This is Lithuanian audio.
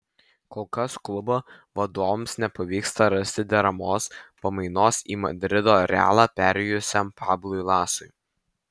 kol kas klubo vadovams nepavyksta rasti deramos pamainos į madrido realą perėjusiam pablui lasui